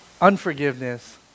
unforgiveness